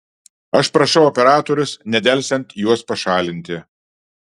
aš prašau operatorius nedelsiant juos pašalinti